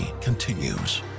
continues